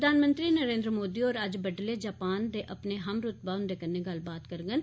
प्रधानमंत्री नरेन्द्र मोदी होर अज्ज बड्डल जपान दे अपने हमरूतबा हुंदे कन्नै गल्लबात करङन